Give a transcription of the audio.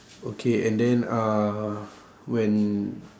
okay and then uh when